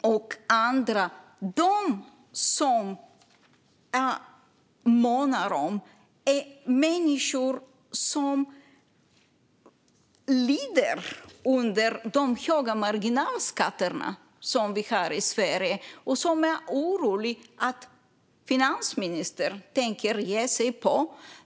och andra. Dem som jag månar om är människor som lider under de höga marginalskatterna som vi har i Sverige. De är oroliga för att finansministern tänker ge sig på dem.